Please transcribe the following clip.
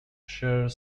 share